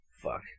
Fuck